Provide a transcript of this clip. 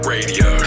Radio